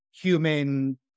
human